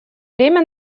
время